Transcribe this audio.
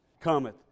cometh